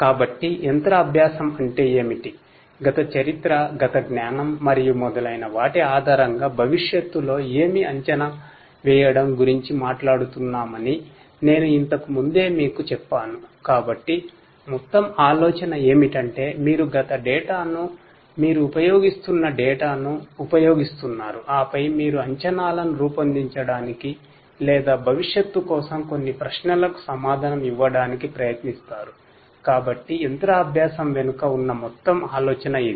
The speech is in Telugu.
కాబట్టి మెషిన్ లెర్నింగ్ వెనుక ఉన్న మొత్తం ఆలోచన ఇది